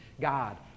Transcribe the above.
God